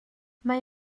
mae